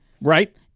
right